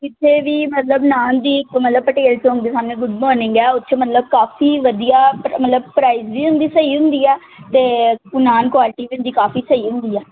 ਕਿਸੇ ਵੀ ਮਤਲਬ ਨਾਨ ਦੀ ਮਤਲਬ ਪਟੇਲ ਚੌਂਕ ਦੇ ਸਾਹਮਣੇ ਗੁਡ ਮੋਰਨਿੰਗ ਹੈ ਉੱਥੇ ਮਤਲਬ ਕਾਫੀ ਵਧੀਆ ਮਤਲਬ ਪ੍ਰਾਈਜ ਵੀ ਉਹਨਾਂ ਦੀ ਸਹੀ ਹੁੰਦੀ ਹੈ ਅਤੇ ਉਹ ਨਾਨ ਕੁਆਲਿਟੀ ਇਹਨਾਂ ਦੀ ਕਾਫੀ ਸਹੀ ਹੁੰਦੀ ਹੈ